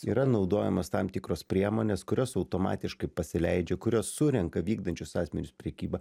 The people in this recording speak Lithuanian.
yra naudojamas tam tikros priemonės kurios automatiškai pasileidžia kurios surenka vykdančius asmenis prekyba